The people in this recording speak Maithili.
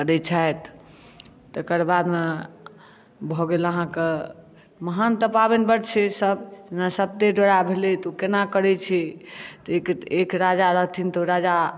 कऽ दै छथि तकरबाद मे भऽ गेल अहाँके महान तऽ पाबनि सब छै बड जेना सप्ते डोरा भेलै तऽ ओ केना करै छै तऽ एक राजा रहथिन तऽ ओ राजा